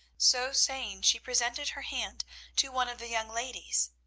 so saying, she presented her hand to one of the young ladies,